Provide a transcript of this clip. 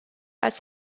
als